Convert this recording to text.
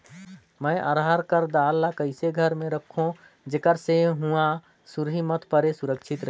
मैं अरहर कर दाल ला कइसे घर मे रखों जेकर से हुंआ सुरही मत परे सुरक्षित रहे?